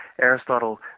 Aristotle